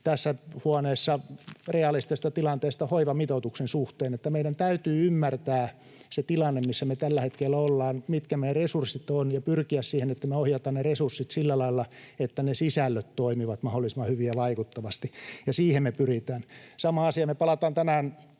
tässä huoneessa realistisesta tilanteesta hoivamitoituksen suhteen, eli meidän täytyy ymmärtää se tilanne, missä me tällä hetkellä ollaan, mitkä meidän resurssimme ovat, ja pyrkiä siihen, että me ohjataan ne resurssit sillä lailla, että ne sisällöt toimivat mahdollisimman hyvin ja vaikuttavasti, ja siihen me pyritään. Koska me palataan tänään